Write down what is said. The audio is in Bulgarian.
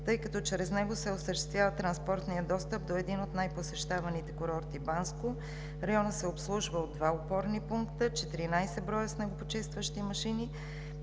тъй като чрез него се осъществява транспортният достъп до един от най-посещаваните курорти – Банско. Районът се обслужва от два опорни пункта, 14 броя снегопочистващи машини,